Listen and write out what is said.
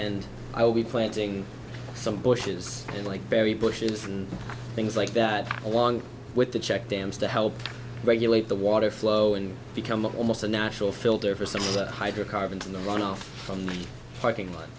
and i'll be planting some bushes and like berry bushes and things like that along with the czech dams to help regulate the water flow and become almost a natural filter for some hydrocarbons in the runoff from parking lot